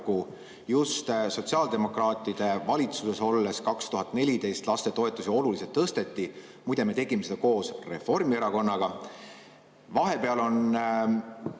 Just sotsiaaldemokraatide valitsuses olles 2014 lastetoetusi oluliselt tõsteti. Muide, me tegime seda koos Reformierakonnaga. Vahepeal on